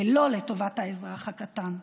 ולא לטובת האזרח הקטן.